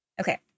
okay